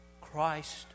Christ